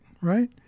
right